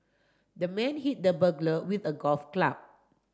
the man hit the burglar with a golf club